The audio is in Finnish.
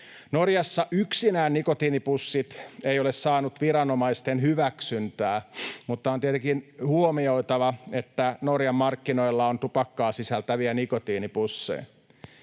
Norjassa yksinään nikotiinipussit eivät ole saanut viranomaisten hyväksyntää, mutta on tietenkin huomioitava, että Norjan markkinoilla on tupakkaa sisältäviä nikotiinipusseja.